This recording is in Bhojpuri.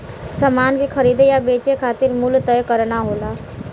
समान के खरीदे या बेचे खातिर मूल्य तय करना होला